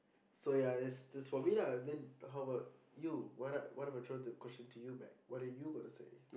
so ya that's just for me lah then how about you what are what are If I throw the question to you back what are you going to say